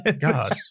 God